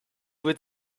would